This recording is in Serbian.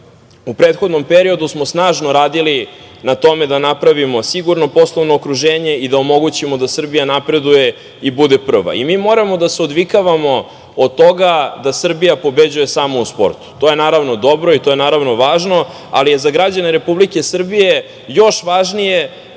prethodnom periodu smo snažno radili na tome da napravimo sigurno poslovno okruženje i da omogućimo da Srbija napreduje i bude prva. Mi moramo da se odvikavamo od toga da Srbija pobeđuje samo u sportu. To je, naravno, dobro i to je, naravno, važno, ali je za građene Republike Srbije još važnije